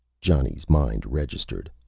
johnny's mind registered.